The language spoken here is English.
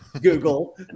Google